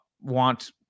want